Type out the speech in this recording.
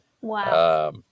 Wow